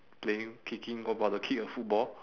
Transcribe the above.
playing kicking about to kick a football